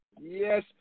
Yes